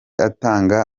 atanga